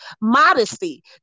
modesty